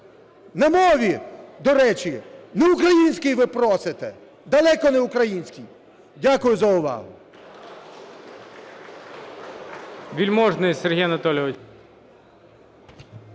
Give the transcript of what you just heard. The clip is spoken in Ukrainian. На мові, до речі, не українській ви просите, далеко не українській. Дякую за увагу.